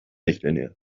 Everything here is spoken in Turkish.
bekleniyor